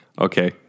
okay